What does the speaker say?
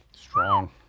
Strong